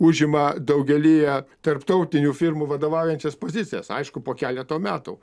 užima daugelyje tarptautinių firmų vadovaujančias pozicijas aišku po keleto metų